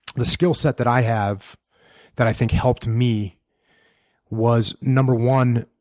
the skill set that i have that i think helped me was, number one,